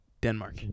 denmark